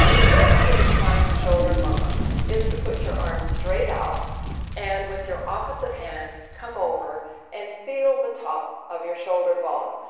the best way to find your shoulder bone is to put your arm straight out and with your opposite hand come over and feel the top of your shoulder bone.